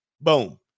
Boom